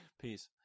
peace